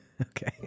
Okay